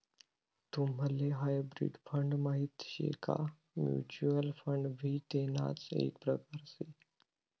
तुम्हले hybrid fund माहित शे का? म्युच्युअल फंड भी तेणाच एक प्रकार से